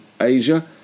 Asia